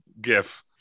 gif